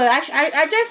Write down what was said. I I just